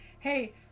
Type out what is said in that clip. Hey